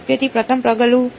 તેથી પ્રથમ પગલું બેસિસ હતું